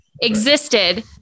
existed